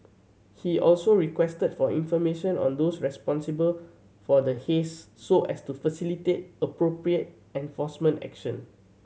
he also requested for information on those responsible for the haze so as to facilitate appropriate enforcement action